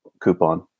coupon